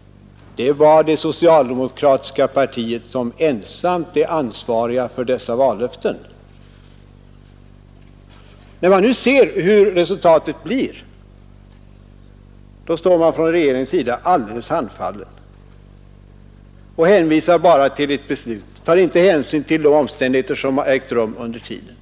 — Det socialdemokratiska partiet är ensamt ansvarigt för dessa vallöften. När man nu ser hur resultatet blir står man från regeringens sida alldeles handfallen och hänvisar bara till ett beslut; regeringspartiet tar inte hänsyn till de omständigheter som tillkommit under tiden.